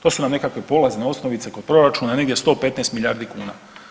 To su nam nekakve polazne osnovice kod proračuna, negdje 115 milijardi kuna.